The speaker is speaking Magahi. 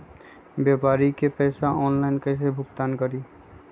व्यापारी के पैसा ऑनलाइन कईसे भुगतान करी?